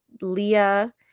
Leah